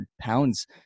pounds